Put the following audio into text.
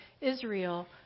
Israel